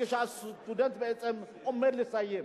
כשהסטודנט עומד לסיים,